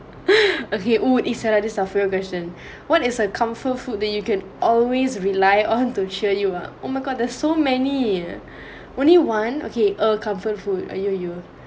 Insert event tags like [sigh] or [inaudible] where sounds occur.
[breath] okay !woo! sara this our favourite question what is your comfort food that you can always rely on to cheer you up oh my god there's so many only one okay err comfort food !aiyoyo!